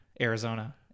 Arizona